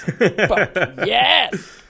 Yes